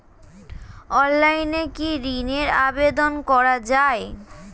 অনলাইনে কি ঋণের আবেদন করা যায়?